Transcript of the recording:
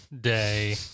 day